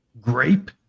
Grape